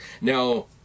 Now